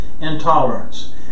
intolerance